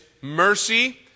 mercy